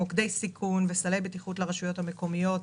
מוקדי סיכון, סלי בטיחות לרשויות המקומית,